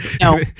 No